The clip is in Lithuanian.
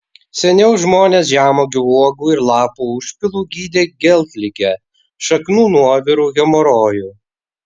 seniau žmonės žemuogių uogų ir lapų užpilu gydė geltligę šaknų nuoviru hemorojų